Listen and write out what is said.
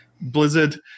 Blizzard